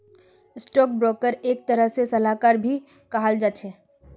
stock ब्रोकरक एक तरह से सलाहकार भी कहाल जा छे